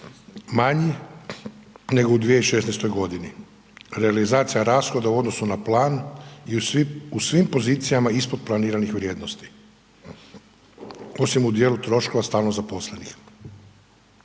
manji nego u 2016. godini. Realizacija rashoda u odnosu na plan je u svim pozicijama ispod planiranih vrijednosti, osim u dijelu troškova stalno zaposlenih.